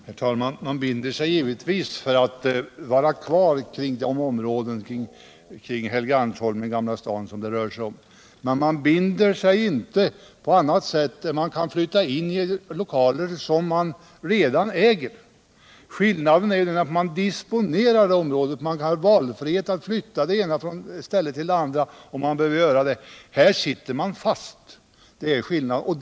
Herr talman! Man binder sig givetvis för att vara kvar i de områden kring Helgeandsholmen och i Gamla stan som förslaget rör sig om, men man binder sig då inte på annat sätt än att man kan flytta in i lokaler som man redan äger. Skillnaden är ju den att man disponerar det området och har valfrihet att Aytta från det ena stället till det andra, om man behöver göra det, medan man här sitter fast.